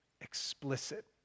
explicit